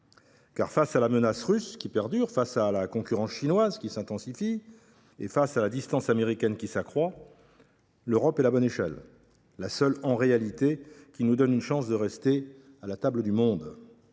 face à la menace russe, qui perdure, face à la concurrence chinoise, qui s’intensifie, et face à la distance américaine, qui s’accroît, l’Europe est la bonne échelle, la seule en réalité qui nous donne une chance de rester à la table du monde,